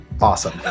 Awesome